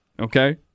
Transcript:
Okay